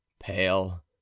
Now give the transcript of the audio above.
pale